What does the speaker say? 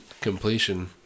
completion